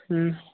ਹੂੰ